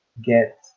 Get